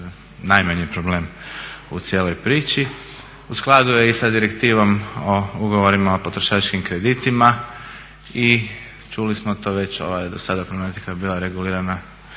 najmanji problem u cijeloj priči. U skladu je i sa direktivom o ugovorima o potrošačkim kreditima i čuli smo to već ova je do sada problematika bila regulirana